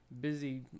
Busy